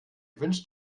wünsch